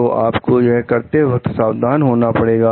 तो आपको यह करते वक्त सावधान होना पड़ेगा